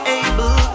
able